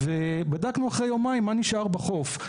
בדקנו אחרי יומיים מה נשאר בחוף.